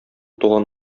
туган